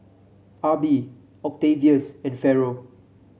Arbie Octavius and Ferrell